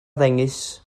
ddengys